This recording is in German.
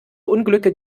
unglücke